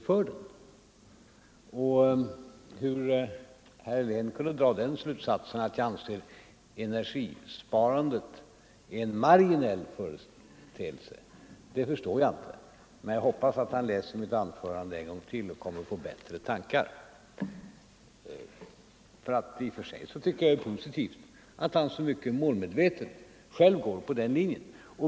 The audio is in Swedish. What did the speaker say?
Hur herr Helén kunde dra slutsatsen att jag anser energisparandet vara en marginell företeelse förstår jag inte. Men jag hoppas att han läser mitt anförande en gång till och kommer på bättre tankar. I och för sig tycker jag att det är positivt att han själv mycket målmedvetet går på den linjen.